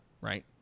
right